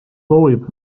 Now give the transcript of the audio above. soovib